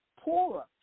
poorer